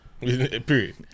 Period